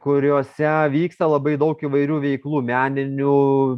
kuriuose vyksta labai daug įvairių veiklų meninių